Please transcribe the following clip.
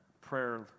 prayer